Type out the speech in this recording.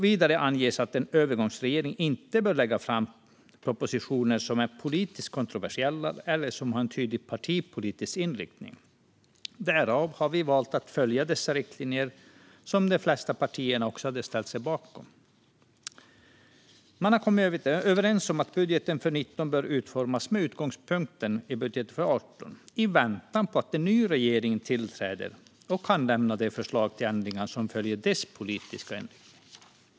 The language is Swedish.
Vidare anges att en övergångsregering inte bör lägga fram propositioner som är politiskt kontroversiella eller har en tydlig partipolitisk inriktning. Vi valde att följa dessa riktlinjer, som de flesta partierna också hade ställt sig bakom. Man hade kommit överens om att budgeten för 2019 bör utformas med utgångspunkt i budgeten för 2018 i väntan på att en ny regering tillträder och kan lämna de förslag till ändringar som följer av dess politiska inriktning.